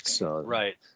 Right